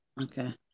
Okay